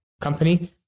company